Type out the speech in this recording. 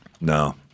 No